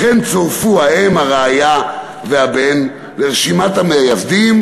לכן צורפו האם, הרעיה והבן לרשימת המייסדים,